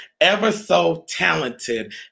ever-so-talented